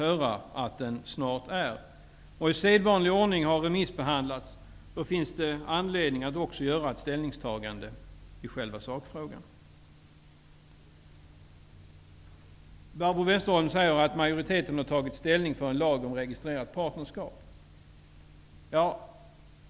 När utredningen är klar och i sedvanlig ordning har remissbehandlats finns det anledning att också ta ställning i själva sakfrågan. Barbro Westerholm säger att majoriteten i utredningen har tagit ställning för en lag om registrerat partnerskap.